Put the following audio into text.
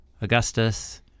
Augustus